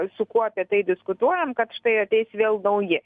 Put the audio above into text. su kuo apie tai diskutuojam kad štai ateis vėl nauji